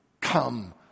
Come